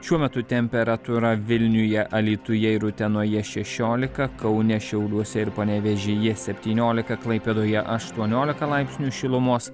šiuo metu temperatūra vilniuje alytuje ir utenoje šešiolika kaune šiauliuose ir panevėžyje septyniolika klaipėdoje aštuoniolika laipsnių šilumos